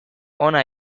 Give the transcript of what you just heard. hona